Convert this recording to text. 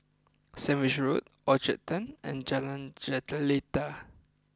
Sandwich Road Orchard Turn and Jalan Jelita